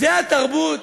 זו התרבות?